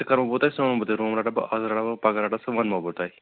تہٕ کَرو بہٕ تۅہہِ صُبحن وٲتِتھ روٗم رَٹہٕ بہٕ اَز رَٹہٕ بہٕ پَگاہ رَٹہٕ بہٕ سُہ ونہو بہٕ تۅہہِ